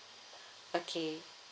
okay